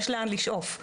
יש לאן לשאוף",